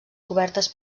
cobertes